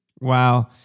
Wow